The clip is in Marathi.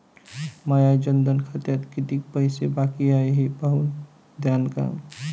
माया जनधन खात्यात कितीक पैसे बाकी हाय हे पाहून द्यान का?